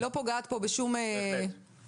היא לא פוגעת פה בשום דבר.